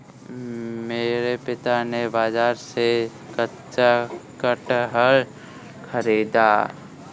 मेरे पिता ने बाजार से कच्चा कटहल खरीदा